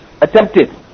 attempted